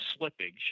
slippage